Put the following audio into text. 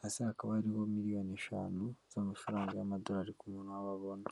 hasi hakaba hariho miliyoni eshanu z'amafaranga y'amadolari ku muntu wababona.